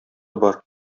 бар